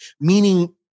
meaning